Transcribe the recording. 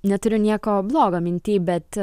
neturiu nieko blogo minty bet